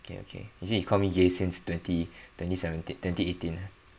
okay okay you see you call me gay since twenty twenty seventeen twenty eighteen